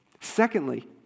Secondly